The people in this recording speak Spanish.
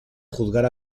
juzgar